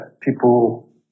people